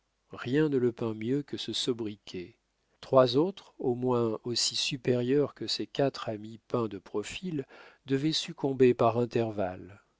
rien ne le peint mieux que ce sobriquet trois autres au moins aussi supérieurs que ces quatre amis peints de profil devaient succomber par intervalles